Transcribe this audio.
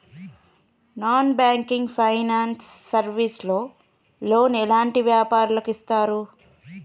Non banking finance service లో loan ఎలాంటి వ్యాపారులకు ఇస్తరు?